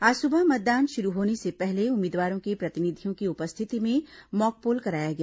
आज सुबह मतदान शुरू होने से पहले उम्मीदवारों के प्रतिनिधियों की उपस्थिति में मॉकपोल कराया गया